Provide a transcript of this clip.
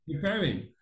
preparing